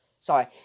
Sorry